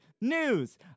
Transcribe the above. News